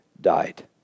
died